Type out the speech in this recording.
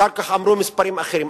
אחר כך אמרו מספרים אחרים,